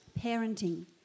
Parenting